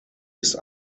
ist